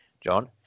John